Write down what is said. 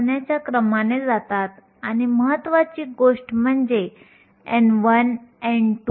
जर आपण गणित केले तर τe हे 2 x 10 1 सेकंद किंवा 0